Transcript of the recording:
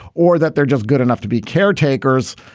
or that they're just good enough to be caretakers.